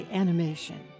animation